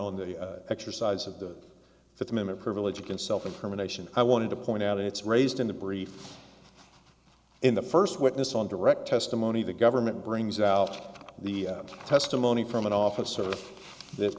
on the exercise of the fifth amendment privilege against self incrimination i wanted to point out it's raised in the brief in the first witness on direct testimony the government brings out the testimony from an officer that